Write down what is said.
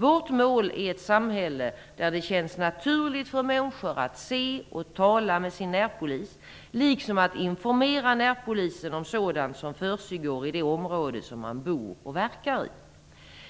Vårt mål är ett samhälle där det känns naturligt för människor att se och tala med sin närpolis liksom att informera närpolisen om sådant som försiggår i det område som man bor och verkar i.